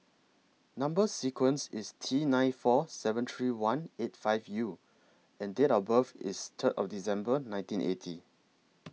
Number sequence IS T nine four seven three one eight five U and Date of birth IS Third of December nineteen eighty